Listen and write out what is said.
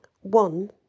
One